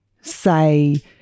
say